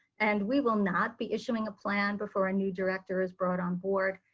and we will not be issuing a plan before a new director is brought on board.